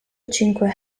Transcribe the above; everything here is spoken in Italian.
cinque